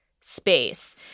space